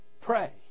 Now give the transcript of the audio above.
Pray